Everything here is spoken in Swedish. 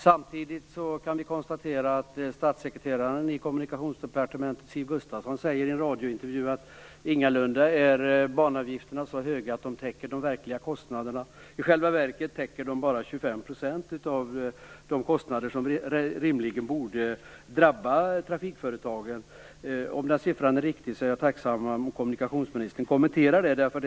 Samtidigt kan vi konstatera att statssekreteraren i Kommunikationsdepartementet Siv Gustavsson i en radiointervju säger att banavgifterna ingalunda är så höga att de täcker de verkliga kostnaderna. I själva verket täcker de bara 25 % av de kostnader som rimligen borde drabba trafikföretagen. Om den siffran är riktig, är jag tacksam om kommunikationsministern kunde kommentera detta.